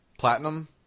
platinum